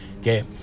Okay